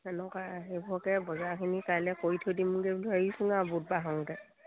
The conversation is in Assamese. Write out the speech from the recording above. সেনেকুৱা সেইবোৰকে বজাৰখিনি কাইলৈ কৰি থৈ দিমগৈ বুলি ভাবিছো আৰু বুধবাৰ হওঁতে